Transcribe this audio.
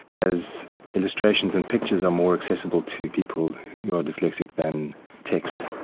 as illustrations and pictures are more accessible to people who are dyslexic than text,